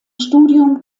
studium